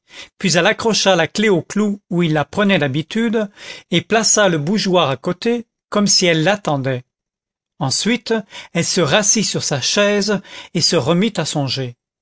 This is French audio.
puis elle accrocha la clef au clou où il la prenait d'habitude et plaça le bougeoir à côté comme si elle l'attendait ensuite elle se rassit sur sa chaise et se remit à songer